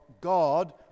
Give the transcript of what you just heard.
God